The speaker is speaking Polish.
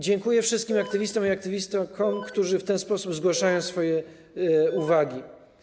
Dziękuję wszystkim aktywistom i aktywistkom, którzy w ten sposób zgłaszają swoje uwagi.